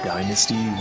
Dynasty